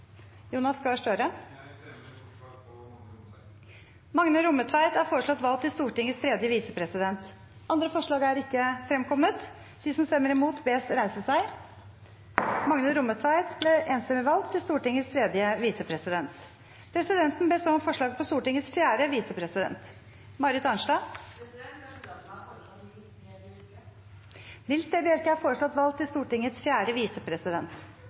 fremmer forslag om Magne Rommetveit . Magne Rommetveit er foreslått valgt til Stortingets tredje visepresident. – Andre forslag foreligger ikke. Presidenten ber så om forslag på Stortingets fjerde visepresident . Jeg tillater meg å foreslå Nils T. Bjørke . Nils T. Bjørke er foreslått valgt til Stortingets fjerde visepresident.